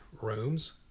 rooms